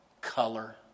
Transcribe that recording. color